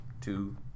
Two